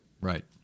Right